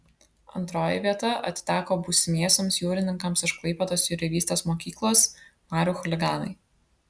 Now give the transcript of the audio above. antroji vieta atiteko būsimiesiems jūrininkams iš klaipėdos jūreivystės mokyklos marių chuliganai